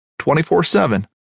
24-7